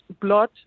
blood